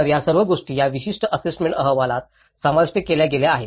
तर या सर्व गोष्टी या विशिष्ट असेसमेंट अहवालात समाविष्ट केल्या आहेत